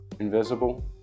Invisible